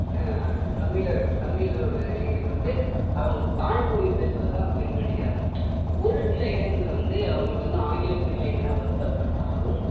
தமிழர் தமிழில் உள்ள இளைஞர்கள் வந்து அவங்க தாய்மொழியில் பேசுவதுதான் பெருமனு நினைக்கிறாங்க ஒரு சில இடங்களில் வந்து அவங்களுக்கு வந்து ஆங்கிலம் தெரியல என வருத்தப்பட்டாலும்